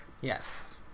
Yes